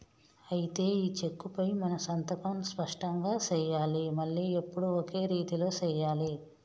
అయితే ఈ చెక్కుపై మనం సంతకం స్పష్టంగా సెయ్యాలి మళ్లీ ఎప్పుడు ఒకే రీతిలో సెయ్యాలి